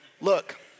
Look